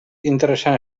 interessant